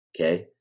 okay